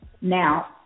Now